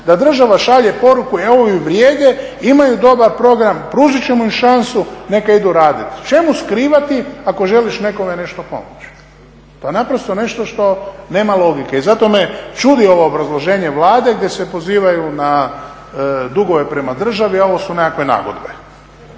da država šalje poruku ovi vrijede, imaju dobar program, pružit ćemo im šansu, neka idu raditi. Čemu skrivati ako želiš nekome nešto pomoći? To je naprosto nešto što nema logike. I zato me čudi ovo obrazloženje Vlade gdje se pozivaju na dugove prema državi, a ovo su nekakve nagodbe.